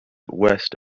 west